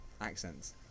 accents